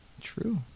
true